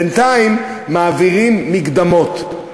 בינתיים מעבירים מקדמות,